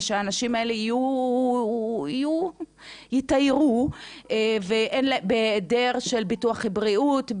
האנשים האלה יתיירו בהיעדר ביטוח בריאות,